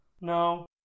No